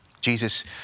Jesus